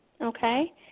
okay